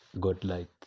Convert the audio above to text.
godlike